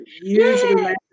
Usually